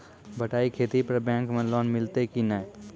बटाई खेती पर बैंक मे लोन मिलतै कि नैय?